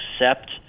accept